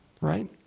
right